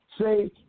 say